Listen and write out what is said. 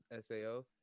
SAO